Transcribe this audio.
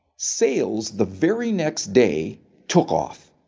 sales the very next day took off.